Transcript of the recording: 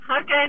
Okay